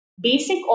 basic